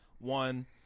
one